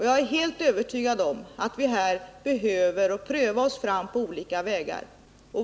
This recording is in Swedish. Jag är helt övertygad om att vi här behöver pröva oss fram på olika vägar.